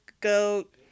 goat